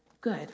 good